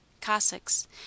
Cossacks